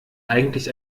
eigentlich